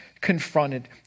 confronted